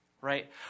right